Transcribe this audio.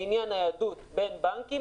לעניין הניידות בין בנקים,